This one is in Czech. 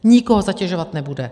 Nikoho zatěžovat nebude.